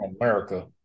America